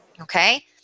Okay